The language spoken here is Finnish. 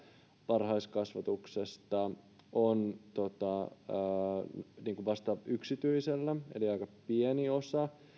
varhaiskasvatuksesta on yksityisellä eli aika pieni osa